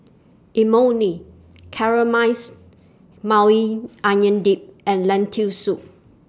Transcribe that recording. Imoni Caramized Maui Onion Dip and Lentil Soup